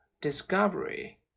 Discovery